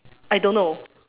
I don't know